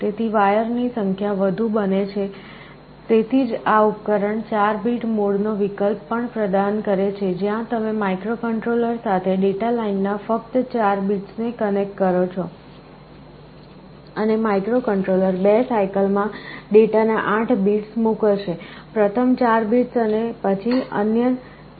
તેથી વાયર ની સંખ્યા વધુ બને છે તેથી જ આ ઉપકરણ 4 બીટ મોડનો વિકલ્પ પણ પ્રદાન કરે છે જ્યાં તમે માઇક્રોકન્ટ્રોલર સાથે ડેટા લાઇન ના ફક્ત 4 બીટ્સને કનેક્ટ કરો છો અને માઇક્રોકન્ટ્રોલર 2 સાઇકલ માં ડેટા ના 8 બીટ્સ મોકલશે પ્રથમ 4 બીટ્સ અને પછી અન્ય 4 બીટ્સ